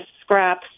scraps